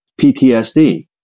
PTSD